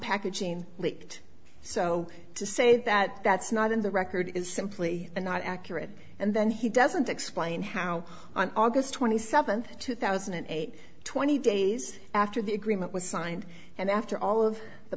packaging leaked so to say that that's not in the record is simply not accurate and then he doesn't explain how on august twenty seventh two thousand and eight twenty days after the agreement was signed and after all of the